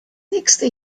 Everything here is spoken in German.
nächste